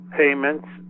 payments